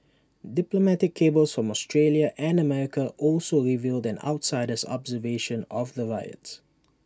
diplomatic cables from Australia and America also revealed an outsider's observation of the riots